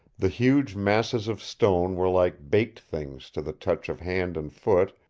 the huge masses of stone were like baked things to the touch of hand and foot,